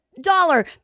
dollar